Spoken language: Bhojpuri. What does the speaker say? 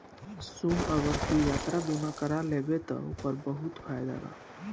सुन अगर तू यात्रा बीमा कारा लेबे त ओकर बहुत फायदा बा